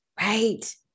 Right